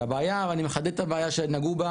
והבעיה אני מחדד את הבעיה שנגעו בה